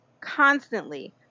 constantly